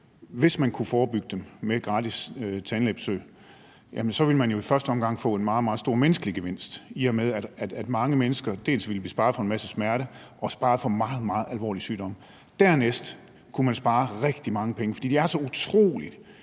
hvis man kunne forebygge dem med gratis tandlægebesøg, ville man jo i første omgang få en meget, meget stor menneskelig gevinst, i og med at mange mennesker dels ville blive sparet for en masse smerte, dels ville blive sparet for meget, meget alvorlig sygdom. Dernæst kunne man spare rigtig mange penge, for de er så utrolig